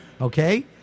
Okay